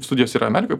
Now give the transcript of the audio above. studijos yra amerikoj